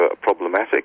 problematic